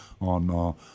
on